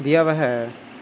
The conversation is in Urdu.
دیا ہوا ہے